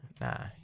Nah